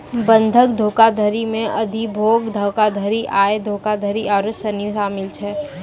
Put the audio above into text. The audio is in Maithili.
बंधक धोखाधड़ी मे अधिभोग धोखाधड़ी, आय धोखाधड़ी आरु सनी शामिल छै